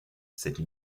cette